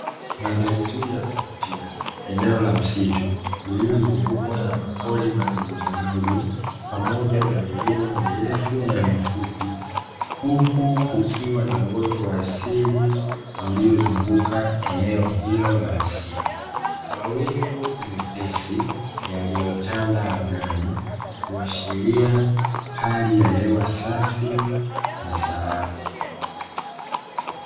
Mandhari nzuri ya kuvutia, eneo la msitu lililozungukwa na mapori madogomadogo, pamoja na milima mirefu na mifupi ,huku kukiwa na uoto wa asili uliozunguka eneo hilo la misitu. Mawingu mepesi yaliyotanda angani kuashiria hali ya hewa safi na salama.